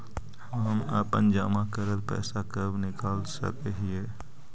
हम अपन जमा करल पैसा कब निकाल सक हिय?